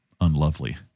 unlovely